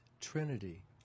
Trinity